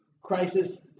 Crisis